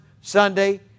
Sunday